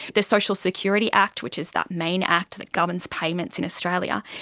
the social security act, which is that main act that governs payments in australia,